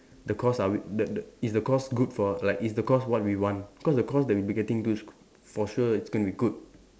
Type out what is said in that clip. the course are we that the is the course good for like is the course what we want because the course that we'll be getting into is for sure it's going to be good